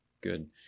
Good